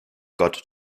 gott